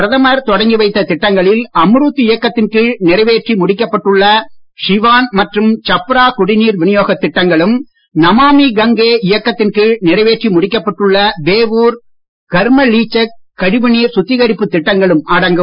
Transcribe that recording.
பிரதமர் தொடங்கி வைத்த திட்டங்களில் அம்ரூத் இயக்கத்தின் கீழ் நிறைவேற்றி முடிக்கப்பட்டுள்ள சிவான் மற்றும் சப்ரா குடிநீர் வினியோகத் திட்டங்களும் நமாமி கங்கே இயக்கத்தின் கீழ் நிறைவேற்றி முடிக்கப்பட்டுள்ள பேவூர் கர்மலீசக் கழிவுநீர் சுத்தகரிப்புத் திட்டங்களும் அடங்கும்